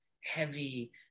heavy